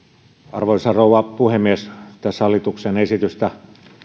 arvoisa rouva puhemies hallituksen esitystä